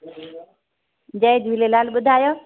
जय झूलेलाल ॿुधायो